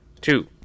two